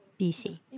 BC